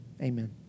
Amen